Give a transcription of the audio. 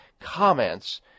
comments